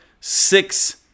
six